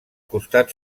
costat